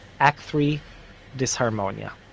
act three disharmonia